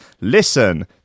Listen